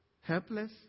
Helpless